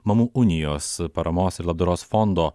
mamų unijos paramos ir labdaros fondo